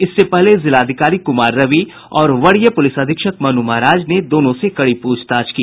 इससे पहले जिलाधिकारी कुमार रवि और वरीय पुलिस अधीक्षक मनु महाराज ने दोनों से कड़ी पूछताछ की